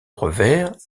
revers